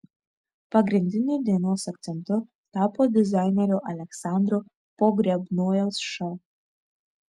pagrindiniu dienos akcentu tapo dizainerio aleksandro pogrebnojaus šou